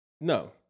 No